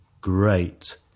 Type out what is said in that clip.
great